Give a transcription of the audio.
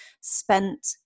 spent